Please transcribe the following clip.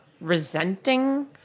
resenting